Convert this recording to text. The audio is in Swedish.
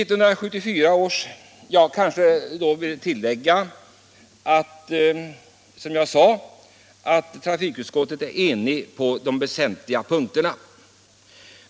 Trafikutskottet är som sagt enigt på de väsentliga punkterna.